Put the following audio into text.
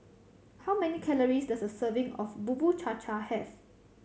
how many calories does a serving of Bubur Cha Cha have